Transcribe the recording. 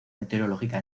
meteorológica